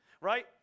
right